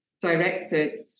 directed